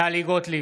טלי גוטליב,